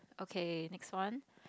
okay next one